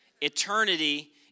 Eternity